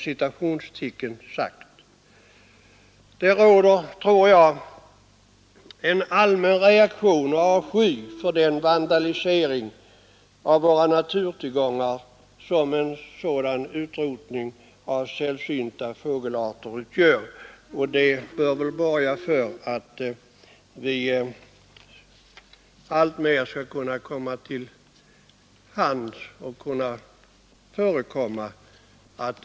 Det råder, tror jag, en allmän reaktion mot och avsky för den vandalisering av våra naturtillgångar som en sådan utrotning av skall kunna förebygga att det sker alltför stor skadegörelse på det här sällsynta fågelarter utgör.